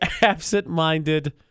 absent-minded